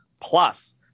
Plus